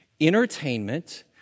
entertainment